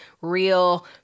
real